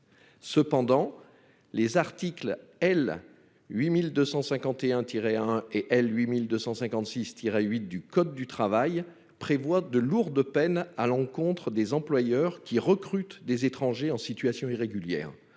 Cependant, les articles L. 8251-1 à L. 8256-8 du code du travail prévoient à l'encontre des employeurs recrutant des étrangers en situation irrégulière